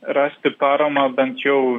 rasti paramą bent jau